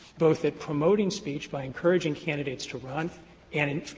both at promoting speech by encouraging candidates to run and,